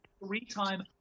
Three-time